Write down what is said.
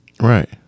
right